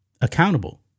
accountable